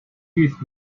youth